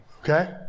okay